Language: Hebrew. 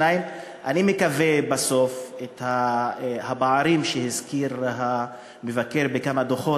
1. 2. אני מקווה בסוף שהפערים שהזכיר המבקר בכמה דוחות,